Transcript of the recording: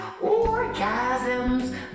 orgasms